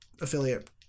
affiliate